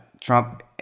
Trump